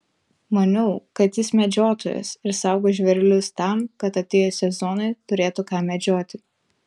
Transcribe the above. maniau kad jis medžiotojas ir saugo žvėrelius tam kad atėjus sezonui turėtų ką medžioti